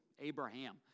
Abraham